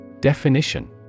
Definition